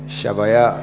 Shabaya